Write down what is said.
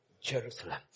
Jerusalem